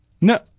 No